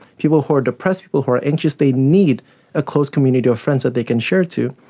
people who are depressed, people who are anxious, they need a close community of friends that they can share to,